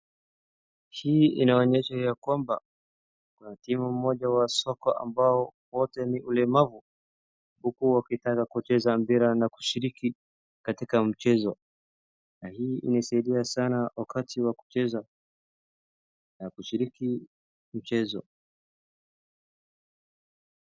Hii inaonyesha ya kwamba, kuna timu moja wa soccer ambayo wote ni walemavu. Huku wakitaka kucheza mpira na kushiriki katika mchezo. Hii inaashiria sana katika kucheza na kushiriki mchezo.